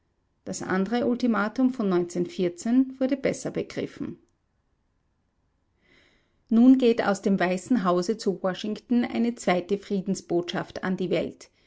das andere ultimatum von wurde besser begriffen nun geht aus dem weißen hause zu washington eine zweite friedensbotschaft an die welt